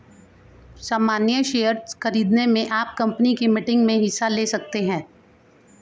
सामन्य शेयर खरीदने पर आप कम्पनी की मीटिंग्स में हिस्सा ले सकते हैं